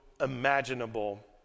imaginable